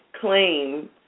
claim